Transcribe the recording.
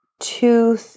two